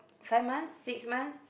five months six months